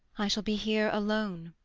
i shall be here alone.